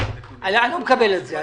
אני לא מקבל את זה.